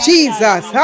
Jesus